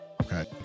Okay